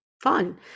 Fun